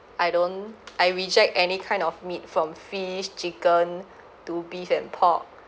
I don't I reject any kind of meat from fish chicken to beef and pork